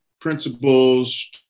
principles